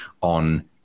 on